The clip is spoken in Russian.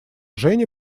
женя